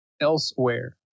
elsewhere